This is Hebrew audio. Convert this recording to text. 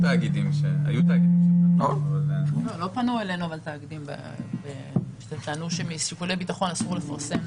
לא פנו אלינו תאגידים וטענו שמשיקולי ביטחון אסור לפרסם.